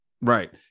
Right